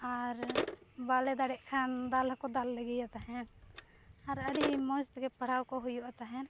ᱟᱨ ᱵᱟᱞᱮ ᱫᱟᱲᱮᱭᱟᱜ ᱠᱷᱟᱱ ᱫᱟᱞᱦᱚᱸᱠᱚ ᱫᱟᱞ ᱞᱮᱜᱮᱭᱟ ᱛᱟᱦᱮᱸᱫ ᱟᱨ ᱟᱹᱰᱤ ᱢᱚᱡᱽᱛᱮᱜᱮ ᱯᱟᱲᱦᱟᱣᱠᱚ ᱦᱩᱭᱩᱜᱼᱟ ᱛᱟᱦᱮᱱ